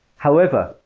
however,